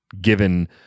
given